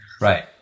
Right